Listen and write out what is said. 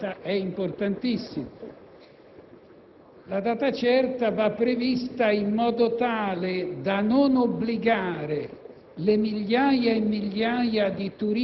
al nostro esame è quello di dare data certa all'ingresso per non consentire alla persona eventualmente fermata